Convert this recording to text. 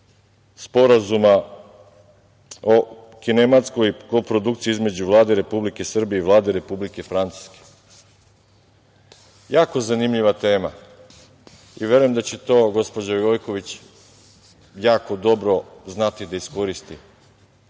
Sporazuma o kinematskoj koprodukciji između Vlade Republike Srbije i Vlade Republike Francuske. To je jako zanimljiva tema i verujem da će to gospođa Gojković jako dobro znati da iskoristi,